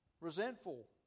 Resentful